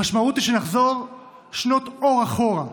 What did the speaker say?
המשמעות היא שנחזור שנות אור אחורה,